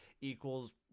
equals